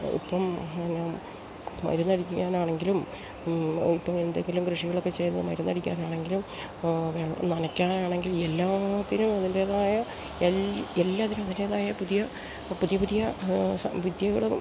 ഇപ്പം എന്നാ മരുന്നടിക്കാനാണെങ്കിലും ഇന്ന് ഇപ്പം എന്തെങ്കിലും കൃഷികളൊക്കെ ചെയ്ത് മരുന്നടിക്കാനാണെങ്കിലും വേണം നനയ്ക്കാനാണെങ്കിൽ എല്ലാത്തിനും അതിൻ്റേതായ എല്ലാത്തിനും അതിൻ്റേതായ പുതിയ പുതിയ പുതിയ വിദ്യകളു